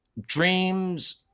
dreams